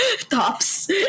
tops